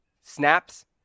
snaps